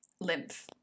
lymph